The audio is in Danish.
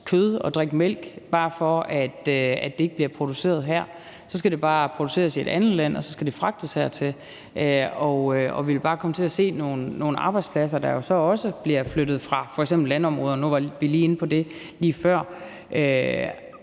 kød og drikke mælk, bare fordi det ikke bliver produceret her, og så skal det bare produceres i et andet land, og så skal det fragtes hertil, så vi vil bare se nogle arbejdspladser, der så også bliver flyttet fra landområderne – nu var vi lige inde på det lige før